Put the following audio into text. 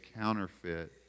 counterfeit